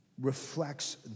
reflects